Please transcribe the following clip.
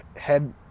head